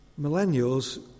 millennials